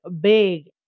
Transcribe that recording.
big